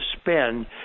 spend